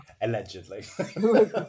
Allegedly